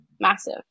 massive